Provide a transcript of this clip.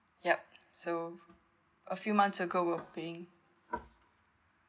yup so a few months ago were paying